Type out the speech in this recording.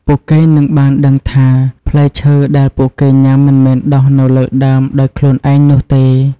ពួកគេនឹងបានដឹងថា ផ្លែឈើដែលពួកគេញ៉ាំមិនមែនដុះនៅលើដើមដោយខ្លួនឯងនោះទេ។